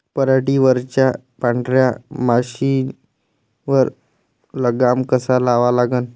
पराटीवरच्या पांढऱ्या माशीवर लगाम कसा लावा लागन?